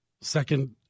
Second